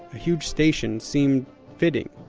a huge station seemed fitting.